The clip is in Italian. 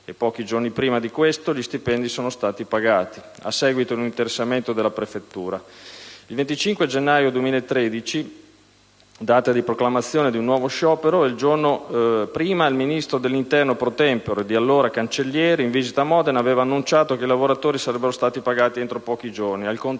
pochi giorni prima di questo gli stipendi sono stati pagati, a seguito di un interessamento della prefettura di Modena. Il 25 gennaio 2013, è stato proclamato un nuovo sciopero. Il giorno prima, il ministro dell'interno *pro tempore* Cancellieri, in visita a Modena, aveva annunciato che i lavoratori sarebbero stati pagati entro pochi giorni.